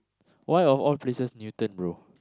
why of all places Newton bro